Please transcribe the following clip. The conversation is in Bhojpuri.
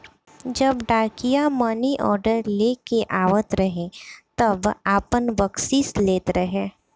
जब डाकिया मानीऑर्डर लेके आवत रहे तब आपन बकसीस लेत रहे